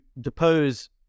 depose